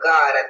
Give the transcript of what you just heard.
God